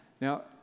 Now